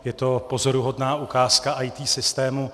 Je to pozoruhodná ukázka IT systému.